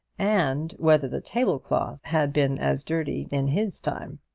and whether the table-cloth had been as dirty in his time.